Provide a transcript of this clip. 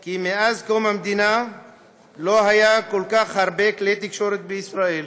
כי מאז קום המדינה לא היו כל כך הרבה כלי תקשורת בישראל.